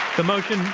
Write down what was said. the motion,